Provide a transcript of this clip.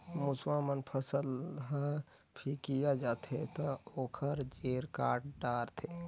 मूसवा मन फसल ह फिकिया जाथे त ओखर जेर काट डारथे